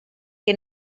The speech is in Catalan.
que